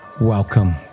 welcome